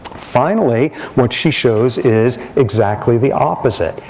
finally, what she shows is exactly the opposite.